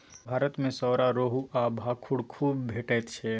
भारत मे सौरा, रोहू आ भाखुड़ खुब भेटैत छै